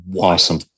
awesome